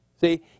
See